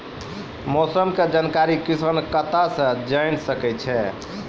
मौसम के जानकारी किसान कता सं जेन सके छै?